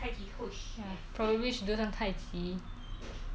and then I go visit my my my friends'